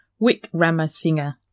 Wickramasinghe